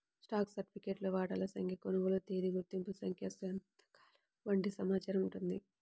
stock సర్టిఫికేట్లో వాటాల సంఖ్య, కొనుగోలు తేదీ, గుర్తింపు సంఖ్య సంతకాలు వంటి సమాచారం ఉంటుంది